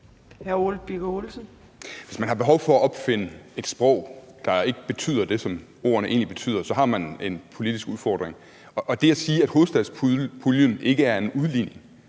Hvis man har behov for at opfinde et sprog, hvor ordene ikke betyder det, som ordene egentlig betyder, så har man en politisk udfordring. Og det at sige, at hovedstadspuljen ikke er en udligning,